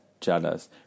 jealous